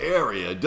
area